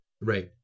Right